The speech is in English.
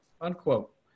Unquote